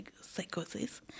psychosis